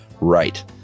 Right